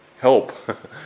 help